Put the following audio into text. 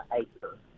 acre